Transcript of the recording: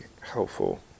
helpful